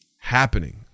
Happening